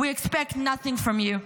We expect nothing from you.